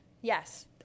Yes